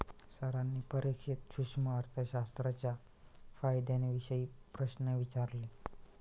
सरांनी परीक्षेत सूक्ष्म अर्थशास्त्राच्या फायद्यांविषयी प्रश्न विचारले